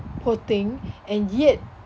poor thing and yet